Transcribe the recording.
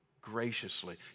graciously